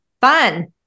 Fun